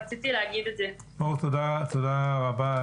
מור, תודה רבה.